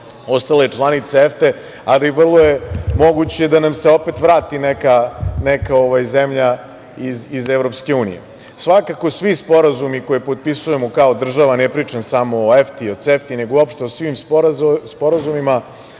ostale članice EFTA, ali vrlo je moguće da nam se opet vrati neka zemlja iz Evropske unije. Svakako svi sporazumi koje potpisujemo kao država, ne pričam samo o EFTA i o CEFTA, nego uopšte o svim sporazumima,